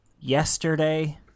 yesterday